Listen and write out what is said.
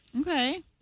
Okay